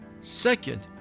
Second